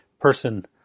person